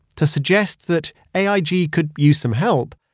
to suggest that aig could use some help,